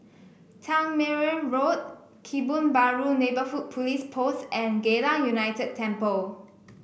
Tangmere Road Kebun Baru Neighbourhood Police Post and Geylang United Temple